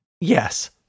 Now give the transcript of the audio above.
Yes